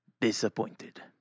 disappointed